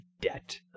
Debt